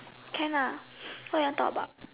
can lah what your talk about